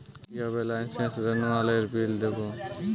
কিভাবে লাইসেন্স রেনুয়ালের বিল দেবো?